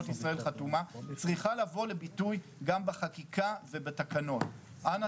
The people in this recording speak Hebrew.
זכויות שאמנת ישראל חתומה צריכה לבוא לביטוי גם בחקיקה ובתקנות אנא